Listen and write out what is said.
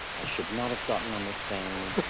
i should not have gotten on this thing.